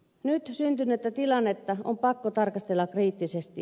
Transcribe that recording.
nyt syntynyttä tilannetta on pakko tarkastella kriittisesti